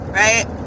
right